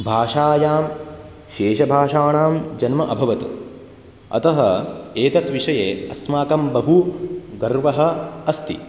भाषायां शेषभाषाणां जन्म अभवत् अतः एतद्विषये अस्माकं बहु गर्वः अस्ति